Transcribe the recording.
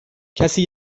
کسی